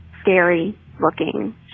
scary-looking